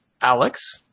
Alex